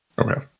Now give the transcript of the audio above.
Okay